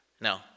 No